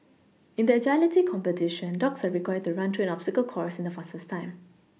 in the agility competition dogs are required to run through an obstacle course in the fastest time